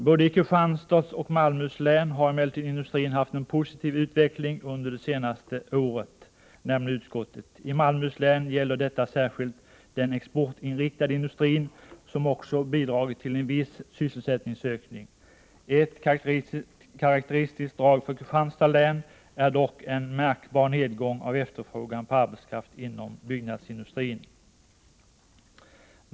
Både i Kristianstads och i Malmöhus län har emellertid industrin haft en positiv utveckling under det senaste året. I Malmöhus län gäller detta särskilt den exportinriktade industrin, som också bidragit till en viss sysselsättningsökning. Ett karakteristiskt drag för Kristianstads län är dock en märkbar nedgång av efterfrågan på arbetskraft inom byggnadsindustrin.